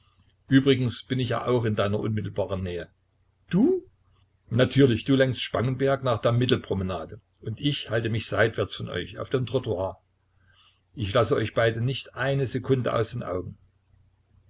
übrigens bin ich ja auch in deiner unmittelbaren nähe du natürlich du lenkst spangenberg nach der mittelpromenade und ich halte mich seitwärts von euch auf dem trottoir ich lasse euch beide nicht eine sekunde aus den augen